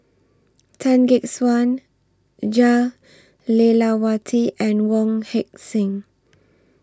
Tan Gek Suan Jah Lelawati and Wong Heck Sing